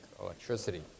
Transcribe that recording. electricity